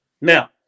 Now